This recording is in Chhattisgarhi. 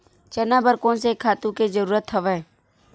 चना बर कोन से खातु के जरूरत हवय?